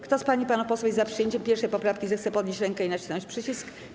Kto z pań i panów posłów jest za przyjęciem 1. poprawki, zechce podnieść rękę i nacisnąć przycisk.